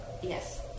Yes